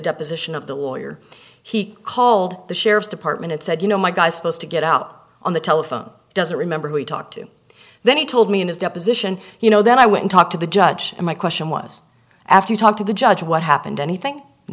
deposition of the lawyer he called the sheriff's department and said you know my guy's supposed to get up on the telephone doesn't remember who he talked to then he told me in his deposition you know then i wouldn't talk to the judge and my question was after you talked to the judge what happened anything you